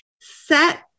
set